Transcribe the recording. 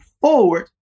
forward